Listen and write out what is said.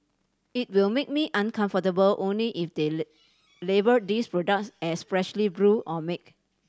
it will make me uncomfortable only if they lay label these products as freshly brewed or make